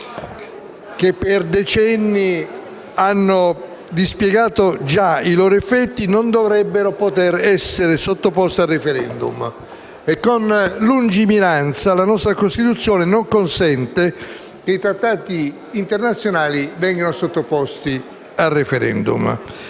che per decenni hanno dispiegato già i loro effetti, non dovrebbero poter essere sottoposte a *referendum*, e con lungimiranza la nostra Costituzione non consente che i trattati internazionali vengano sottoposti a *referendum*.